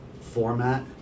format